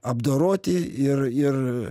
apdoroti ir ir